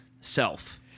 self